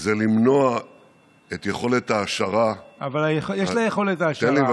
זה למנוע את יכולת ההעשרה, אבל יש לה יכולת העשרה.